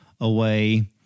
away